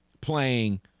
playing